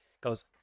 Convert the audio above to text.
Goes